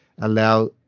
allow